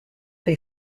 they